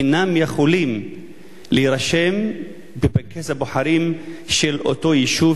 אינם יכולים להירשם בפנקס הבוחרים של אותו יישוב,